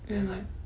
mm